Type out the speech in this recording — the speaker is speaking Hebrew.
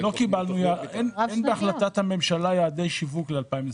אין בהחלטת הממשלה יעדי שיווק ל-2023.